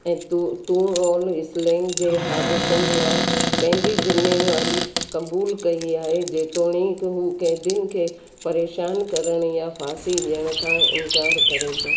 ऐं तूं तूं ऑल हिस्लिंग जे हादिसनि लाइ पंहिंजी जिमेवारी क़बूल कई आहे जेतोणिक हू कैदियुनि खे परेशानु करण यां फासी ॾियण खां इनकारु करे थो